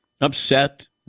Upset